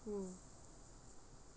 mm